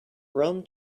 rum